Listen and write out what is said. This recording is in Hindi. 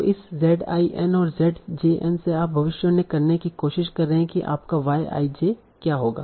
तो इस Z i n और Z j n से आप भविष्यवाणी करने की कोशिश कर रहे हैं कि आपका Y i j क्या होगा